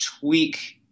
tweak